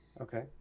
okay